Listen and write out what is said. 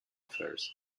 affairs